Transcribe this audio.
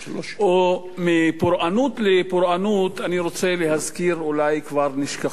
ומפורענות לפורענות אני רוצה להזכיר אולי נשכחות,